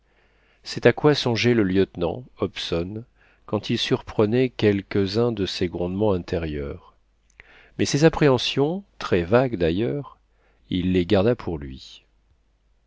c'est à quoi songeait le lieutenant hobson quand il surprenait quelques-uns de ces grondements intérieurs mais ces appréhensions très vagues d'ailleurs il les garda pour lui